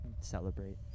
celebrate